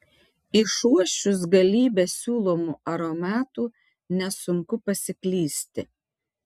išuosčius galybę siūlomų aromatų nesunku pasiklysti